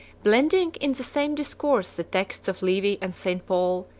blending in the same discourse the texts of livy and st. paul,